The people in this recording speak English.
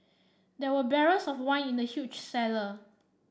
there were barrels of wine in the huge cellar